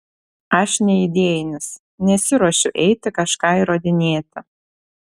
aš neidėjinis nesiruošiu eiti kažką įrodinėti